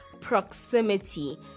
proximity